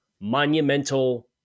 monumental